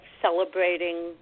celebrating